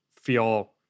feel